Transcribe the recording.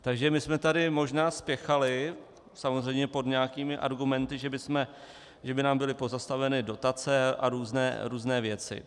Takže jsme tady možná spěchali, samozřejmě pod nějakými argumenty, že by nám byly pozastaveny dotace a různé věci.